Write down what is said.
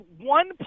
one